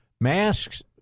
masks